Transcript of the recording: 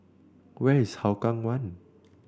where is Hougang One